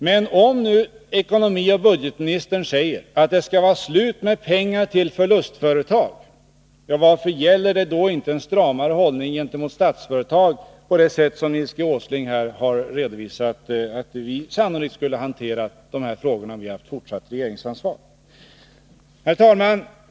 Men om nu ekonomioch budgetministern säger att det skall vara slut med pengar till förlustföretag, varför gäller inte den stramare hållningen gentemot Statsföretag? Nils G. Åsling har här redovisat hur vi sannolikt skulle ha hanterat frågorna om vi hade haft fortsatt regeringsansvar. Herr talman!